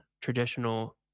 traditional